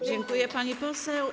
Dziękuję, pani poseł.